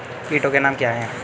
कीटों के नाम क्या हैं?